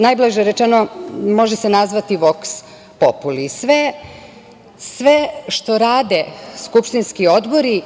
najblaže rečeno, može se nazvati „voks populi“. Sve što rade skupštinski odbori,